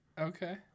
Okay